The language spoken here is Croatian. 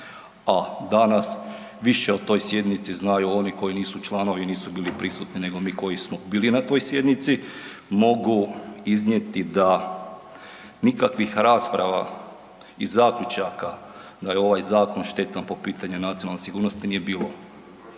a danas više o toj sjednici znaju oni koji nisu članovi i nisu bili prisutni nego mi koji smo bili na toj sjednici, mogu iznijeti da nikakvih rasprava i zaključaka da je ovaj zakon štetan po pitanju nacionalne sigurnosti nije bilo.